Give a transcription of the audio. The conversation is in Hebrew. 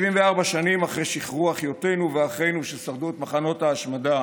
74 שנים אחרי שחרור אחיותינו ואחינו ששרדו במחנות ההשמדה